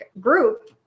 group